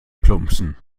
plumpsen